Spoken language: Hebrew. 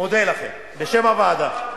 אני מודה לכם בשם הוועדה.